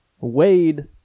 Wade